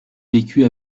vécut